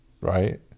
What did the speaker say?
right